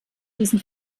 diesen